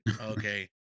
Okay